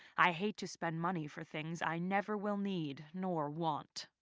i hate to spend money for things i never will need, nor want.